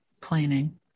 planning